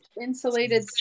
insulated